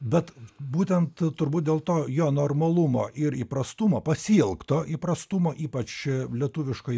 bet būtent turbūt dėl to jo normalumo ir įprastumo pasiilgto įprastumo ypač lietuviškoj